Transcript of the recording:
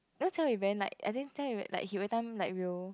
you know jia-wei very like i think jia-wei like he every time like will